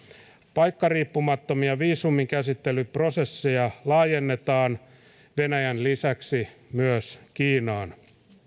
paikkariippumattomia viisuminkäsittelyprosesseja laajennetaan venäjän lisäksi myös kiinaan